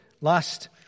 Last